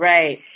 Right